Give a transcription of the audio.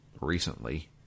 recently